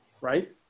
right